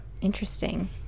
interesting